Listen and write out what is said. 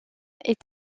est